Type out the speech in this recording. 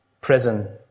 Prison